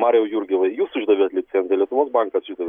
mariau jurgilai jūs išdavėt licenciją lietuvos bankas išdavė